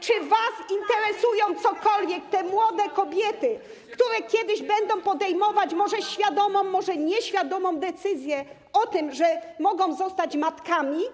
Czy was interesują cokolwiek te młode kobiety, które kiedyś będą podejmować może świadomą może nieświadomą decyzję o tym, że mogą zostać matkami?